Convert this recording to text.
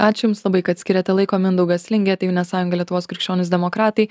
ačiū jums labai kad skyrėte laiko mindaugas lingė tėvynės sąjunga lietuvos krikščionys demokratai